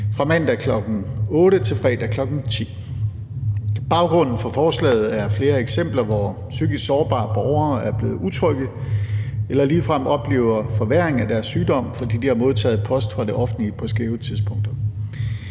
fra mandag kl. 08.00 til fredag kl. 10.00. Baggrunden for forslaget er flere eksempler, hvor psykisk sårbare borgere er blevet utrygge eller ligefrem har oplevet en forværring af deres sygdom, fordi de har modtaget post fra det offentlige på skæve tidspunkter.